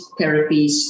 therapies